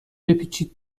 بپیچید